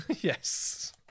Yes